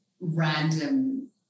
random